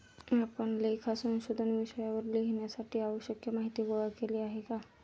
आपण लेखा संशोधन विषयावर लिहिण्यासाठी आवश्यक माहीती गोळा केली आहे का?